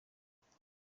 sports